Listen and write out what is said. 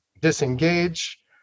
disengage